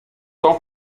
temps